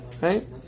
right